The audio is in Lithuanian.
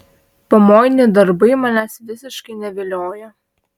pamoini darbai manęs visiškai nevilioja